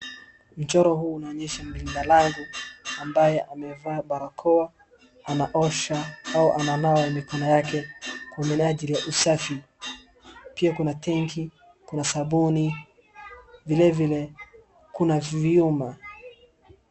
Mchoro huu unaonyesha mlinda lango ambaye amevaa barakoa, anaosha au ananawa mikono yake kwa minajili ya usafi. Pia kuna tenki kuna sabuni, vilevile, kuna vyuma.